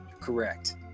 Correct